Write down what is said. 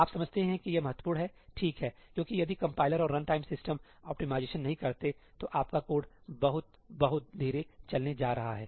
आप समझते हैं कि यह महत्वपूर्ण है ठीक है क्योंकि यदि कंपाइलर और रनटाइम सिस्टम ऑप्टिमाइजेशन नहीं करते हैं तो आपका कोड बहुत बहुत धीरे चलने जा रहा है